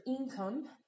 income